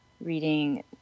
reading